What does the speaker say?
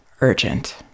urgent